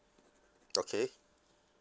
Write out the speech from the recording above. okay